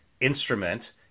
instrument